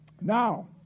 Now